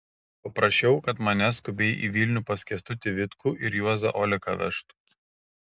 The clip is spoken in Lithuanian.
paprašiau kad mane skubiai į vilnių pas kęstutį vitkų ir juozą oleką vežtų